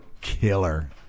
killer